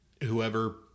whoever